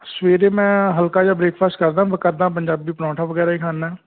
ਸਵੇਰੇ ਮੈਂ ਹਲਕਾ ਜਿਹਾ ਬਰੇਕਫਾਸਟ ਕਰਦਾ ਪਰ ਕਰਦਾ ਪੰਜਾਬੀ ਪਰੋਂਠਾ ਵਗੈਰਾ ਹੀ ਖਾਂਦਾ